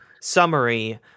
summary